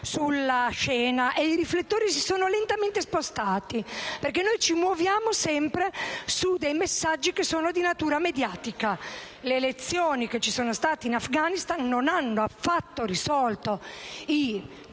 sulla scena e i riflettori si sono lentamente spostati, perché noi ci muoviamo sempre su messaggi di natura mediatica. Le elezioni svoltesi in Afghanistan non hanno affatto risolto i